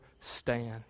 stand